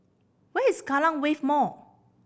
where is Kallang Wave Mall